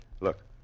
Look